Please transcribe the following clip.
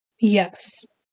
Yes